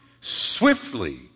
swiftly